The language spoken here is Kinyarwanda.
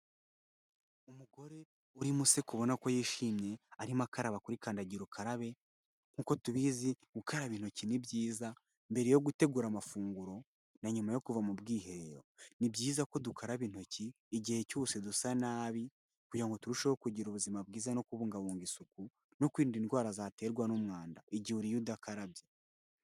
Umugore urimo useka ubona ko yishimye, arimo akaraba kuri kandagira ukarabe, nk'uko tubizi gukaraba intoki ni byiza mbere yo gutegura amafunguro na nyuma yo kuva mu bwiherero. Ni byiza ko dukaraba intoki igihe cyose dusa nabi, kugira ngo turusheho kugira ubuzima bwiza no kubungabunga isuku no kwirinda indwara zaterwa n'umwanda. Igihe uriye udakarabye.